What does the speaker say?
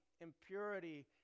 impurity